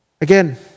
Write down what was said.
Again